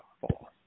fall